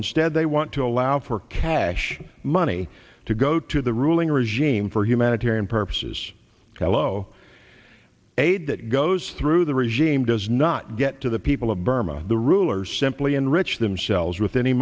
instead they want to allow for cash money to go to the ruling regime for humanitarian purposes hello aid that goes through the regime does not get to the people of burma the rulers simply enrich themselves with any